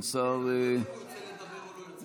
סער ------ אם הוא ירצה לדבר או לא ירצה לדבר.